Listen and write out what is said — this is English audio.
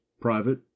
private